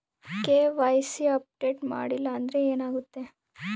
KYC update ಮಾಡಿಲ್ಲ ಅಂದ್ರೆ ಏನಾಗುತ್ತೆ?